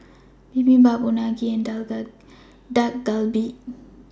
Bibimbap Unagi and Dak Galbi